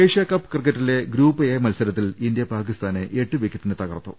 Asia cup ക്രിക്കറ്റിലെ group A മത്സരത്തിൽ India പാക്കിസ്ഥാനെ എട്ട് വിക്കറ്റിന് തകർത്തു